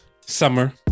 summer